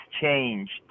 changed